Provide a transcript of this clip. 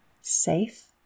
safe